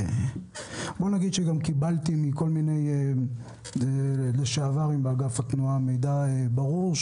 קיבלתי מכל מיני לשעברים באגף התנועה מידע ברור,